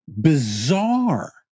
bizarre